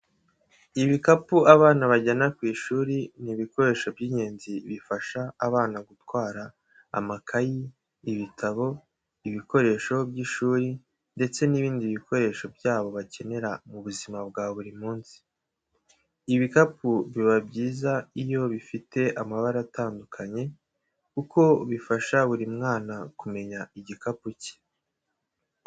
Ibikapu abana bajyana ku ishuri, ni ibikoresho by'ingenzi bifasha abana gutwara amakayi, ibitabo, ibikoresho by'ishuri, ndetse n'ibindi bikoresho byabo bakenera mu buzima bwa buri munsi. Ibikapu biba byiza iyo bifite amabara atandukanye, kuko bifasha buri mwana kumenya igikapu cye.